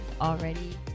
already